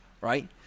right